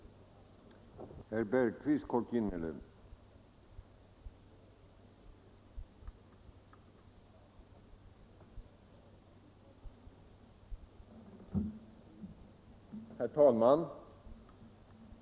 Lån till trädgårdsnäringen